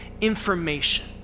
information